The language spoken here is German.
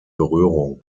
berührung